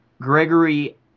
Gregory